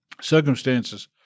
Circumstances